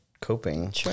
coping